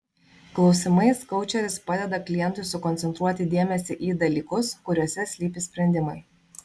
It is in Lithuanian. klausimais koučeris padeda klientui sukoncentruoti dėmesį į dalykus kuriuose slypi sprendimai